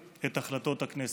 את החלטות הכנסת.